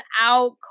out